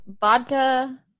vodka